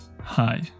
Hi